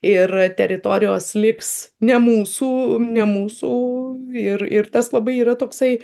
ir teritorijos liks ne mūsų ne mūsų ir ir tas labai yra toksai